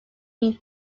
the